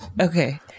Okay